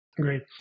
Great